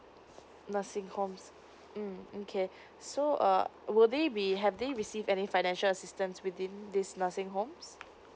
nursing home mm okay so uh would they be have they receive any financial assistance within these nursing homes